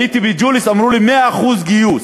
הייתי בג'וליס, אמרו לי: 100% גיוס.